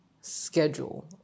schedule